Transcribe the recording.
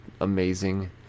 amazing